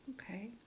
Okay